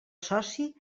soci